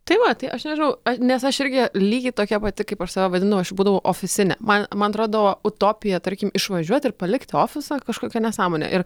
tai va tai aš nežinau a nes aš irgi lygiai tokia pati kaip aš save vadindavau aš būdavau ofisinė man man atrodo utopija tarkim išvažiuot ir palikti ofisą kažkokia nesąmonė ir